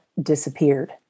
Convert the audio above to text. disappeared